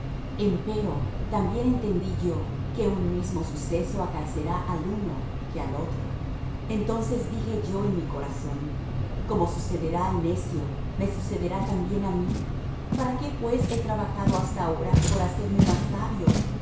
en tinieblas empero también entendí yo que un mismo suceso acaecerá al uno que al otro entonces dije yo en mi corazón como sucederá al necio me sucederá también á mí para qué pues he trabajado hasta ahora por hacerme más sabio